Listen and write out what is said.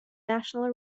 national